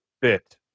fit